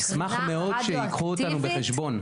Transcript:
נשמח מאוד שייקחו אותנו בחשבון.